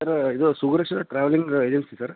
sir ಇದು Suraj travelling agency sir